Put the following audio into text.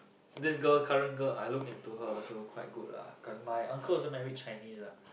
this girl current girl I look into her also quite good lah cause my uncle also married Chinese ah